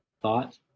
thought